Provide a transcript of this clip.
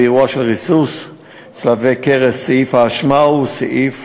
באירוע של ריסוס צלבי קרס סעיף האשמה הוא סעיף